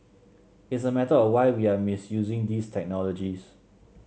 it's a matter of why we are misusing these technologies